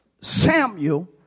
Samuel